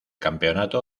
campeonato